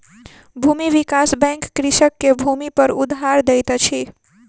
भूमि विकास बैंक कृषक के भूमिपर उधार दैत अछि